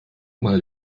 mal